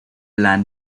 land